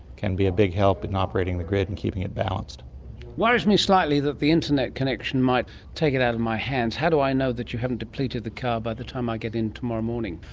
can be a big help in operating the grid and keeping it balanced. it worries me slightly that the internet connection might take it out of my hands. how do i know that you haven't depleted the car by the time i get in tomorrow morning?